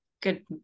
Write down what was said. good